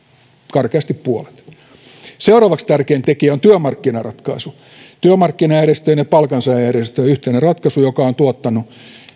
karkeasti puolet seuraavaksi tärkein tekijä on työmarkkinaratkaisu työmarkkinajärjestöjen ja palkansaajajärjestöjen yhteinen ratkaisu joka on tuottanut